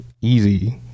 easy